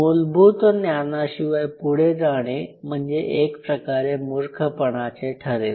मूलभूत ज्ञानाशिवाय पुढे जाणे म्हणजे एक प्रकारे मूर्खपणाचे ठरेल